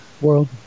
World